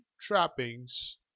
trappings